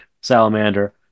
salamander